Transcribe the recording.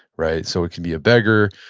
right? so it can be a beggar,